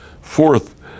Fourth